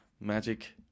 magic